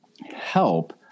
help